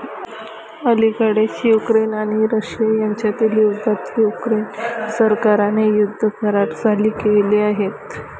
अलिकडेच युक्रेन आणि रशिया यांच्यातील युद्धात युक्रेन सरकारने युद्ध करार जारी केले आहेत